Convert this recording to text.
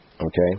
okay